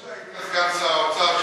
מיקי, אתה זוכר שהיית סגן שר האוצר כשזה קרה?